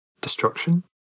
destruction